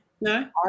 no